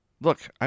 look